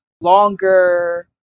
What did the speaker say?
longer